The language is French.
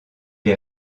est